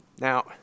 Now